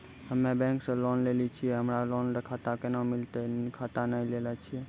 हम्मे बैंक से लोन लेली छियै हमरा लोन खाता कैना मिलतै खाता नैय लैलै छियै?